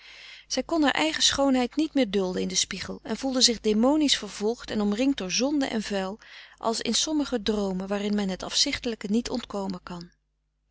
kon haar eigen schoonheid niet meer dulden in den spiegel en voelde zich demonisch vervolgd en omringd door zonde en vuil als in sommige droomen waarin men het afzichtelijke niet ontkomen kan